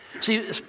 See